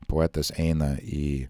poetas eina į